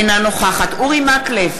אינה נוכחת אורי מקלב,